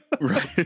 right